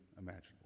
imaginable